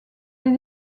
les